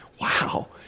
wow